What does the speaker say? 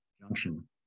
junction